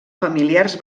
familiars